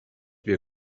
wir